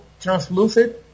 translucent